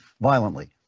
violently